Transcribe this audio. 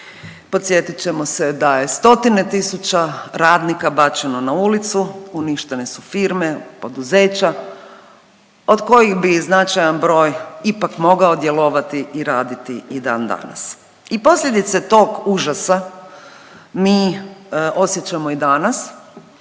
Podsjetit ćemo se da je stotine tisuća radnika bačeno na ulicu, uništene su firme, poduzeća od kojih bi značajan broj ipak mogao djelovati i raditi i dan danas. I posljedice tog užasa mi osjećamo i danas,